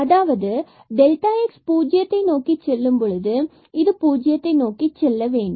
அதாவது டெல்டாx பூஜ்ஜியத்தை நோக்கிச் செல்லும் பொழுது இது பூஜ்ஜியத்தை நோக்கி செல்ல வேண்டும்